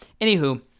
Anywho